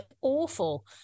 awful